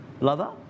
lover